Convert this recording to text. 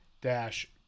dash